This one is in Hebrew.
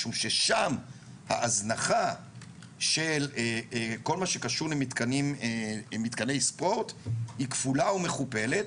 משום ששם ההזנחה של כל מה שקשור למתקני ספורט היא כפולה ומכופלת.